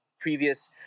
previous